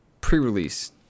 pre-release